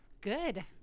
good